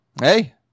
Hey